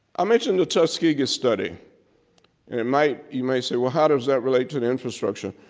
i mentioned the tuskegee study and might, you may say well how does that relate to the infrastructure?